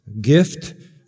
gift